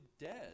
dead